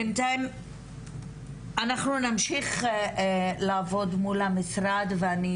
בינתיים אנחנו נמשיך לעבוד מול המשרד ואני